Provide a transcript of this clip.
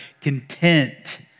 content